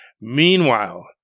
Meanwhile